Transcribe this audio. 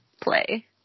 play